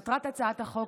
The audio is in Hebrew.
מטרת הצעת החוק,